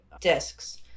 discs